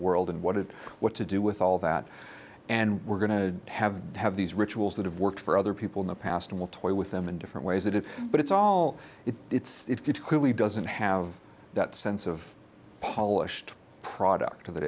world and what it what to do with all that and we're going to have to have these rituals that have worked for other people in the past and will toy with them in different ways it is but it's all if it's good clearly doesn't have that sense of polished product t